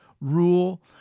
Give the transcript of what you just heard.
rule